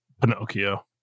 Pinocchio